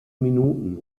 minuten